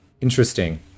interesting